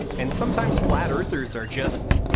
and sometimes flat earthers are just